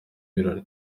birori